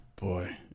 Boy